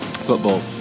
football